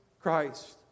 Christ